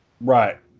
Right